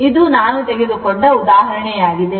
ಇದು ನಾನು ತೆಗೆದುಕೊಂಡ ಉದಾಹರಣೆಯಾಗಿದೆ